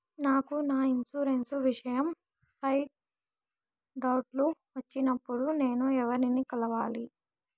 నాకు నా ఇన్సూరెన్సు విషయం పై డౌట్లు వచ్చినప్పుడు నేను ఎవర్ని కలవాలి?